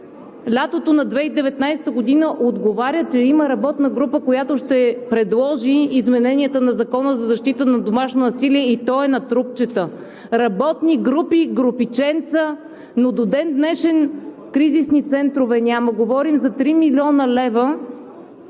лятото на 2019 г. отговаря, че има работна група, която ще предложи измененията на Закона за защита от домашно насилие и той е на „трупчета“. Работни групи, групички, но до ден днешен кризисни центрове няма?! (Смях, оживление.)